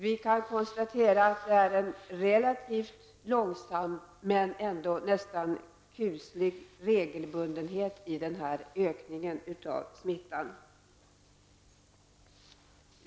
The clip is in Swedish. Vi kan konstatera att det är en relativt långsam men ändå nästan kuslig regelbundenhet i ökningen av smittan.